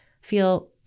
feel